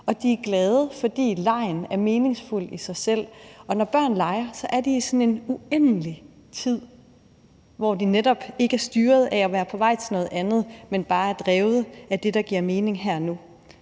og de er glade, fordi legen er meningsfuld i sig selv, og når børn leger er de i sådan en uendelig tid, hvor de netop ikke er styret af at være på vej til noget andet, men bare er drevet af det, der giver mening her og nu.